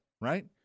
right